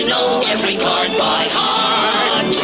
i